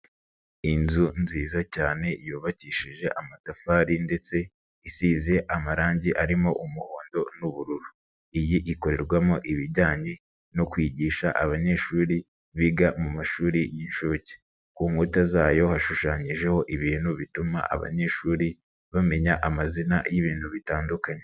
Inzu nziza cyane yubakishije amatafari ndetse isize amarangi arimo umuhondo n'ubururu, iyi ikorerwamo ibijyanye no kwigisha abanyeshuri biga mu mashuri y'incuke, ku nkuta zayo hashushanyijeho ibintu bituma abanyeshuri bamenya amazina y'ibintu bitandukanye.